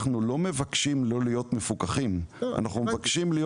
אנחנו לא מבקשים לא להיות מפוקחים; אנחנו מבקשים להיות